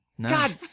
God